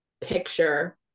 picture